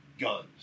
Guns